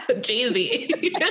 Jay-Z